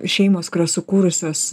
šeimos kurios sukūrusios